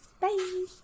bye